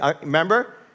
Remember